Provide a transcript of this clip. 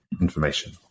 information